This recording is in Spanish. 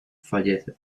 fallece